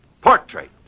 portrait